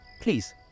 please